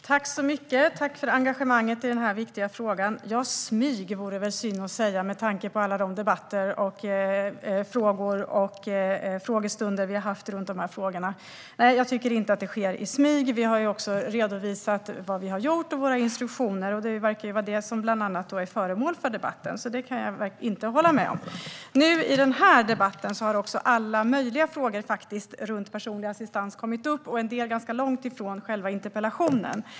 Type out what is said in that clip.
Herr talman! Tack för engagemanget i den här viktiga frågan! Det vore synd att säga att något sker i smyg med tanke på alla de debatter, frågor och frågestunder vi har haft om de här frågorna. Nej, jag tycker inte att det sker i smyg. Vi har också redovisat vad vi har gjort och våra instruktioner. Det verkar bland annat vara det som är föremål för debatten, så att det sker i smyg kan jag inte hålla med om. I den här debatten har nu alla möjliga frågor om personlig assistans kommit upp, och en del ligger ganska långt från själva interpellationen.